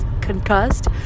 concussed